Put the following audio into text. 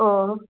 ꯑꯣ